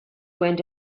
went